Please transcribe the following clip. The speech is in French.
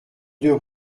deux